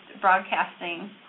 broadcasting